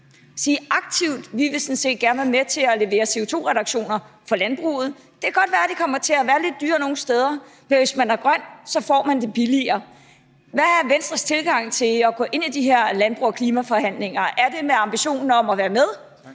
sige: Vi vil sådan set gerne være med til at lave CO2-reduktioner for landbruget; det kan godt være, at det kommer til at være lidt dyrere nogle steder, men hvis man er grøn, så får man det billigere. Hvad er Venstres tilgang til at gå ind i de her landbrugs- og klimaforhandlinger? Er det med ambitionen om at være med,